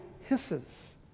hisses